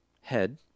head